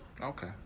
Okay